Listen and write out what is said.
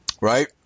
right